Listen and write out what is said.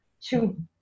two